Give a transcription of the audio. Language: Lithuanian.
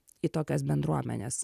į tokias bendruomenes